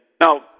Now